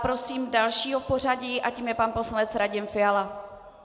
Prosím dalšího v pořadí a tím je pan poslanec Radim Fiala.